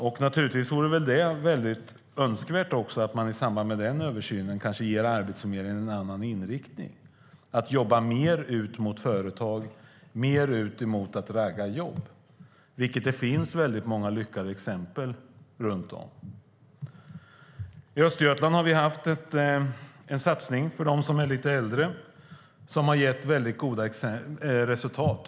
I samband med den översynen vore det också önskvärt att man kanske ger Arbetsförmedlingen en annan inriktning som handlar om att jobba mer ut mot företag, mer mot att ragga jobb, vilket det finns många lyckade exempel på runt om. I Östergötland har vi haft en satsning för dem som är lite äldre. Satsningen har gett goda resultat.